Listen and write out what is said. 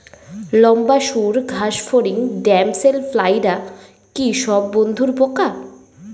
লম্বা সুড় ঘাসফড়িং ড্যামসেল ফ্লাইরা কি সব বন্ধুর পোকা?